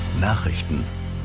Nachrichten